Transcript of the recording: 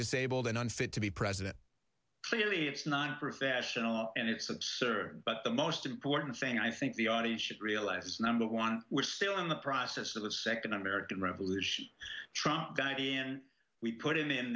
disabled and unfit to be president clearly it's not professional and it's absurd but the most important thing i think the audience should realize is number one we're still in the process of the second american revolution trump gaiety and we put it in